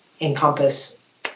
encompass